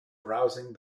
browsing